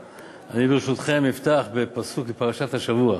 ברשותכם, אפתח בפסוק מפרשת השבוע.